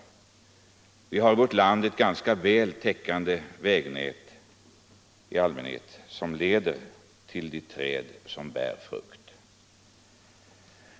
Det finns i vårt land i allmänhet ganska väl täckande vägnät, som leder till de träd som bär frukt.